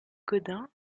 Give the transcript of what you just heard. gaudin